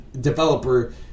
developer